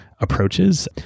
approaches